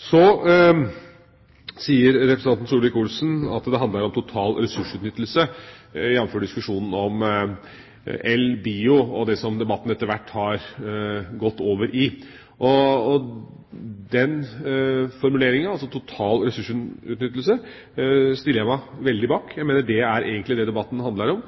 så tydelig at merket får en verdi. Representanten Solvik-Olsen sier at det handler om total ressursutnyttelse, jamfør diskusjonen om el/bio og det som debatten etter hvert har gått over i. Den formuleringen, altså total ressursutnyttelse, stiller jeg meg helt bak. Jeg mener det egentlig er det denne debatten handler om.